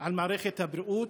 על מערכת הבריאות,